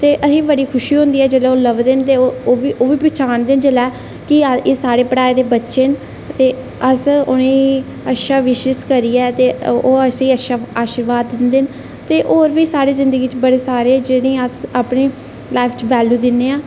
ते असें गी बड़ी खुशी होंदी ऐ जिसलै ओह् असें गी लभदे न ओह्बी पनछानदे न जेल्लै कि एह् साढ़े पढ़ाए दे बच्चे न ते अस उ'नें गी अच्छा विश करियै ओह् असें गी शीवार्द दिंदे न ते होर बी साढ़ी जिंदगी च बड़ी सारी लाईफ च वैल्यू दिन्ने आं